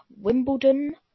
Wimbledon